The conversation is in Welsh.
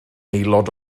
aelod